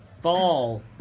fall